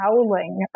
howling